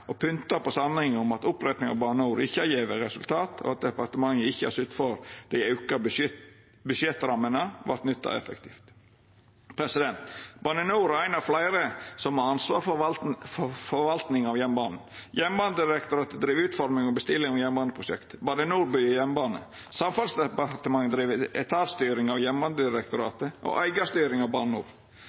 å pynta på sanninga om at opprettinga av Bane NOR ikkje har gjeve resultat, og at departementet ikkje har sytt for at dei auka budsjettrammene vart nytta effektivt. Bane NOR er ein av fleire som har ansvar for forvaltning av jernbanen. Jernbanedirektoratet driv utforming og bestilling av jernbaneprosjekt. Bane NOR byggjer jernbane. Samferdselsdepartementet driv etatstyring av Jernbanedirektoratet og eigarstyring av